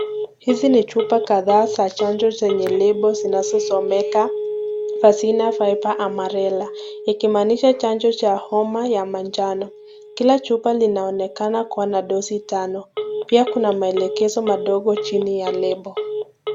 Hizi ni chupa kadhaa za chanjo zenye lebo zinazosomeka [cs hazina fibre amarella ,ikimaanisha chanjo ya homa ya manjano, kila chupa linaonekana kuwa na dosi tano, pia kuna maelekezo madogo chini ya lebo.